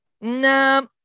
no